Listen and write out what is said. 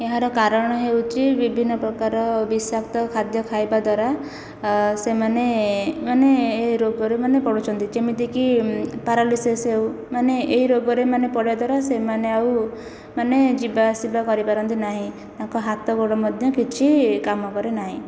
ଏହାର କାରଣ ହେଉଛି ବିଭିନ୍ନ ପ୍ରକାରର ବିଷାକ୍ତ ଖାଦ୍ୟ ଖାଇବା ଦ୍ୱାରା ସେମାନେ ମାନେ ଏ ରୋଗରେ ମାନେ ପଡ଼ୁଛନ୍ତି ଯେମିତି କି ପାରାଲିସିସ୍ ହେଉ ମାନେ ଏହି ରୋଗରେ ମାନେ ପଡ଼ିବା ଦ୍ୱାରା ସେମାନେ ଆଉ ଯିବା ଆସିବା କରିପାରନ୍ତି ନାହିଁ ତାଙ୍କ ହାଥ ଗୋଡ଼ ମଧ୍ୟ କିଛି କାମ କରେ ନାହିଁ